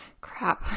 crap